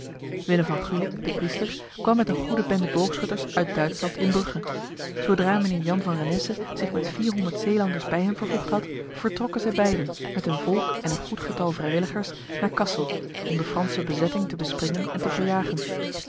willem van gulik de priester kwam met een goede bende boogschutters uit duitsland in brugge zodra mijnheer jan van renesse zich met vierhonderd zeelanders bij hem vervoegd had vertrokken zij beiden met hun volk en een goed getal vrijwilligers naar kassel om de franse bezetting te bespringen en te verjagen